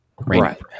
Right